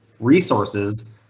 resources